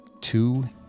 Two